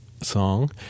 song